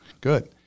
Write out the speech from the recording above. good